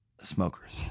smokers